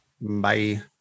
Bye